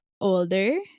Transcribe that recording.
older